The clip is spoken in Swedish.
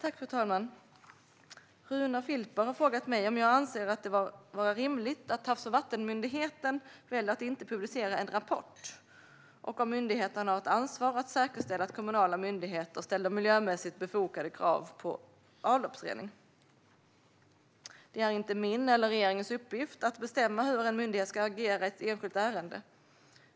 Fru talman! Runar Filper har frågat mig om jag anser det vara rimligt att Havs och vattenmyndigheten väljer att inte publicera en rapport och om myndigheten har ett ansvar att säkerställa att kommunala myndigheter ställer miljömässigt befogade krav på avloppsrening. Det är inte min eller regeringens uppgift att bestämma hur myndigheten ska agera i ett enskilt ärende.